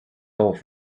off